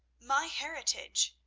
my heritage.